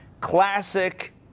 Classic